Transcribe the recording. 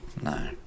No